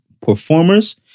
performers